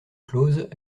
close